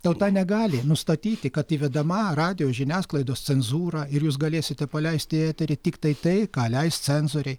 tauta negali nustatyti kad įvedama radijo žiniasklaidos cenzūra ir jūs galėsite paleisti į eterį tiktai tai ką leis cenzoriai